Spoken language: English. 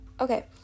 okay